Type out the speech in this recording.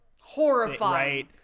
Horrifying